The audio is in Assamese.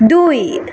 দুই